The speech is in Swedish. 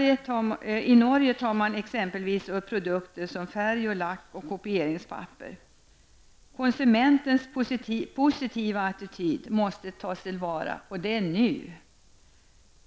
I Norge tar man exempelvis upp produkter som färg, lack och kopieringspapper. Konsumentens positiva attityd måste tas till vara nu.